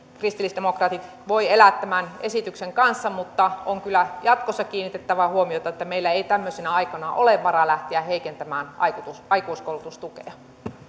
kristillisdemokraatit voivat elää tämän esityksen kanssa mutta on kyllä jatkossa kiinnitettävä huomiota että meillä ei tämmöisinä aikoina ole varaa lähteä heikentämään aikuiskoulutustukea